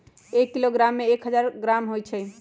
एक किलोग्राम में एक हजार ग्राम होई छई